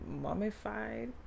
mummified